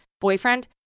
boyfriend